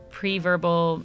pre-verbal